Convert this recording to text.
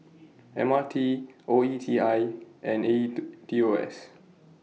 M R T O E T I and A E The T O S